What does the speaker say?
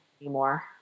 anymore